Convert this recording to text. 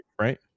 right